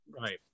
Right